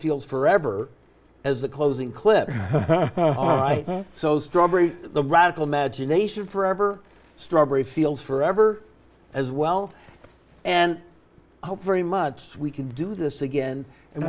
fields forever as the closing clip all right so strawberry the radical magination forever strawberry fields forever as well and i hope very much we can do this again and